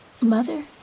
Mother